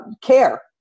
care